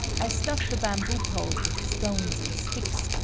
i stuffed the bamboo pole with stones and sticks,